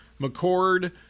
McCord